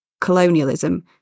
colonialism